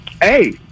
hey